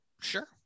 sure